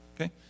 okay